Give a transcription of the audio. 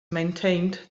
maintained